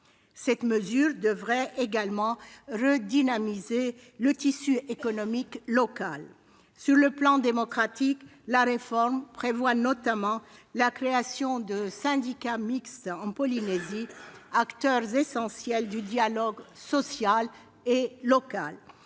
Cette mesure devrait également redynamiser le tissu économique local. Sur le plan démocratique, la réforme prévoit notamment la création de syndicats mixtes en Polynésie, acteurs essentiels du dialogue social et local.